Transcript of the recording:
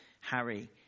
Harry